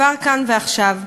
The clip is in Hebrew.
כבר כאן ועכשיו.